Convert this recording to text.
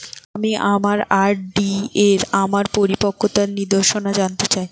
আমি আমার আর.ডি এর আমার পরিপক্কতার নির্দেশনা জানতে চাই